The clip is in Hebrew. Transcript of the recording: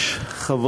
חבר